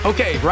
Okay